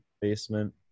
basement